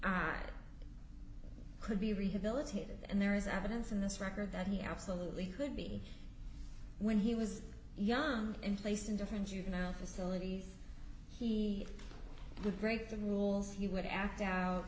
ramsey could be rehabilitated and there is evidence in this record that he absolutely could be when he was young in place in different juvenile facilities he would break the rules you would act out